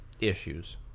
issues